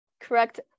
correct